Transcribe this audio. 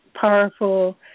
powerful